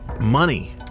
Money